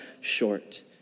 short